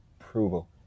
approval